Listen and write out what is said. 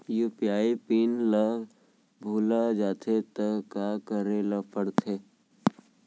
UPI PIN ल भुला जाथे त का करे ल पढ़थे?